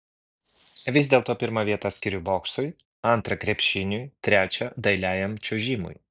vis dėlto pirmą vietą skiriu boksui antrą krepšiniui trečią dailiajam čiuožimui